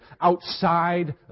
outside